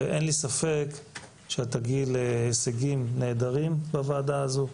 אין לי ספק שאת תגיעי להישגים נהדרים בוועדה הזאת,